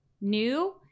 new